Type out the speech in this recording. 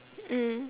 mm